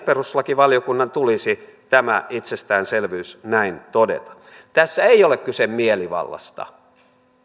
perustuslakivaliokunnan tulisi tämä itsestäänselvyys näin todeta tässä ei ole kyse mielivallasta